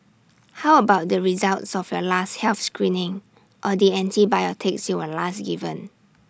how about the results of your last health screening or the antibiotics you were last given